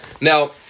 Now